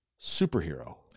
superhero